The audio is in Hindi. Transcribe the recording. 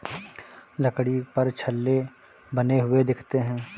लकड़ी पर छल्ले बने हुए दिखते हैं